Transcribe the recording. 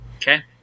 Okay